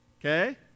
okay